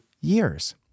years